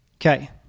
Okay